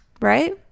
Right